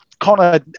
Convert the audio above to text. Connor